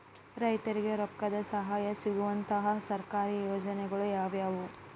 ರೈತರಿಗೆ ರೊಕ್ಕದ ಸಹಾಯ ಸಿಗುವಂತಹ ಸರ್ಕಾರಿ ಯೋಜನೆಗಳು ಯಾವುವು?